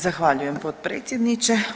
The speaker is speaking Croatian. Zahvaljujem potpredsjedniče.